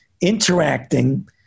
interacting